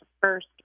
first